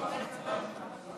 השר.